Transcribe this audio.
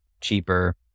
cheaper